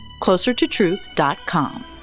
closertotruth.com